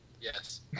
Yes